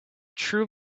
true